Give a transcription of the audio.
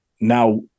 now